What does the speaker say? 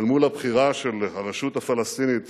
אל מול הבחירה של הרשות הפלסטינית